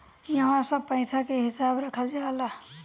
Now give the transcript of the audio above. इहवा सब पईसा के हिसाब रखल जाला